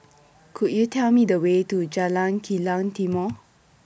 Could YOU Tell Me The Way to Jalan Kilang Timor